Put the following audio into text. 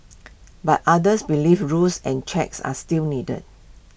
but others believe rules and checks are still needed